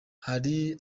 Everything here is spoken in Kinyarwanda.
hari